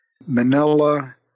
Manila